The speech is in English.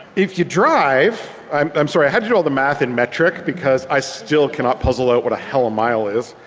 if you drive i'm i'm sorry i had to do all the math in metric because i still cannot puzzle out what the hell a mile is.